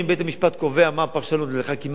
ולך כמעט שאין מה לומר פה כחבר הכנסת,